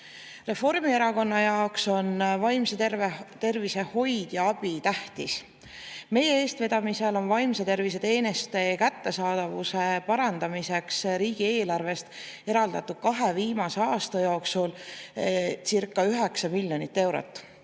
Reformierakonna jaoks on vaimse tervise hoid ja abi tähtis. Meie eestvedamisel on vaimse tervise teenuste kättesaadavuse parandamiseks riigieelarvest eraldatud kahe viimase aasta jooksulcirca9 miljonit eurot.